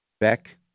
Beck